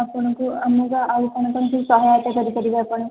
ଆପଣଙ୍କୁ ଆମକୁ ଆଉ କଣ କଣ ସବୁ ସହାୟତା କରିପାରିବେ ଆପଣ